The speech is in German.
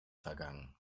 vergangen